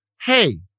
hey